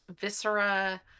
viscera